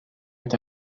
est